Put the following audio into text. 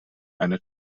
eine